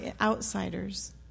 outsiders